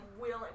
willing